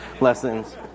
lessons